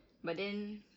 but then